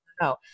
no